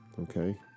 Okay